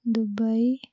Dubai